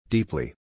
Deeply